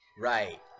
Right